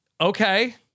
okay